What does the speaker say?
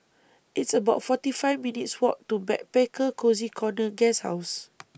It's about forty five minutes' Walk to Backpacker Cozy Corner Guesthouse